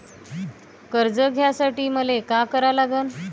कर्ज घ्यासाठी मले का करा लागन?